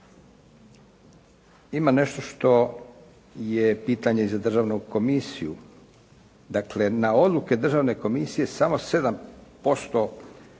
Ima nešto što je pitanje za Državnu komisiju. Dakle na odluke Državne komisije samo 7%